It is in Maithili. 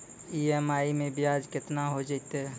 ई.एम.आई मैं ब्याज केतना हो जयतै?